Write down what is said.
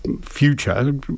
future